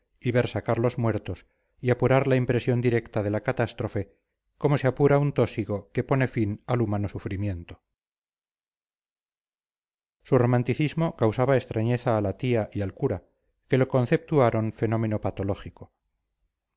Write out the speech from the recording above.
y ver sacar los muertos y apurar la impresión directa de la catástrofe como se apura un tósigo que pone fin al humano sufrimiento su romanticismo causaba extrañeza a la tía y al cura que lo conceptuaron fenómeno patológico